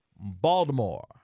Baltimore